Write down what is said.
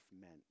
meant